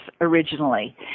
originally